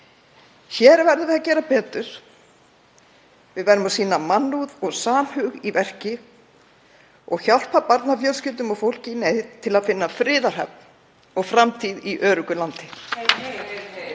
Hér verðum við að gera betur. Við verðum að sýna mannúð og samhug í verki og hjálpa barnafjölskyldum og fólki í neyð til að finna friðarhöfn og framtíð í öruggu landi.